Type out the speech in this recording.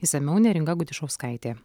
išsamiau neringa gudišauskaitė